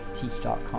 teach.com